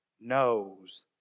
knows